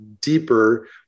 deeper